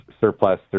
surplus